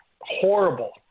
horrible